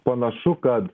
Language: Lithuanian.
panašu kad